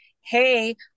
hey